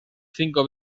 cinco